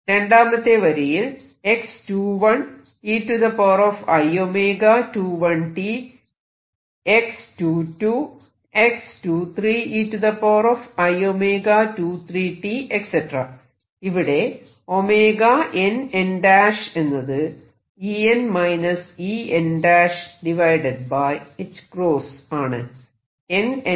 രണ്ടാമത്തെ വരിയിൽ x21 ei21t x22 x23 ei23t ഇവിടെ nn എന്നത് En En ℏ ആണ്